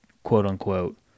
quote-unquote